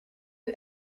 you